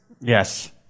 Yes